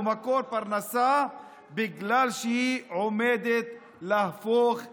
מקור פרנסה בגלל שהיא עומדת להפוך לאימא.